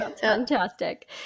Fantastic